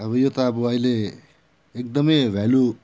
अब यो त अब अहिले एकदमै भ्यालु